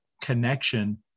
connection